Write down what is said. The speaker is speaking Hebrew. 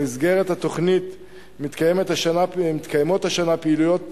במסגרת התוכנית מתקיימות השנה פעילויות